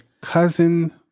cousin